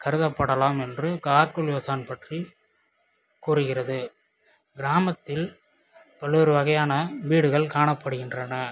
கருதப்படலாம் என்று கார்குல் யோஜன் பற்றி கூறுகிறது கிராமத்தில் பல்வேறு வகையான வீடுகள் காணப்படுகின்றன